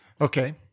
Okay